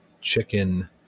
chicken